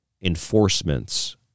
enforcements